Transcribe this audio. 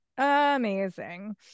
amazing